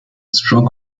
stroke